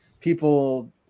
people